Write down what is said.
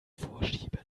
vorschieben